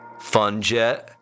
Funjet